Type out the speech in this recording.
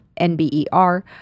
NBER